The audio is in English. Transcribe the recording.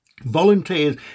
volunteers